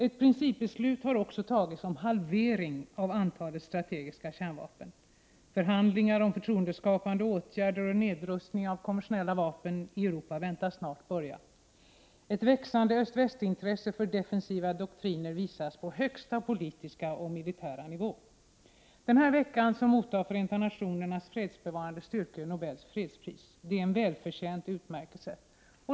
Ett principbeslut har också tagits om halvering av antalet strategiska kärnvapen. Förhandlingar om förtroendeskapande åtgärder och nedrustning av konventionella vapen i Europa väntas snart börja. Ett växande östresp. västintresse för defensiva doktriner visas på högsta politiska och militära nivå. Denna vecka mottar Förenta nationernas fredsbevarande styrkor Nobels fredspris. Det är en välförtjänt utmärkelse.